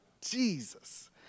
Jesus